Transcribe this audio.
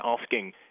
asking